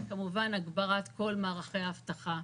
כמובן הגברת כל מערכי האבטחה,